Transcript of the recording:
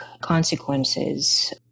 consequences